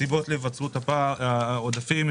סיבות מרכזיות בגינן נוצרו עודפים בתכנית: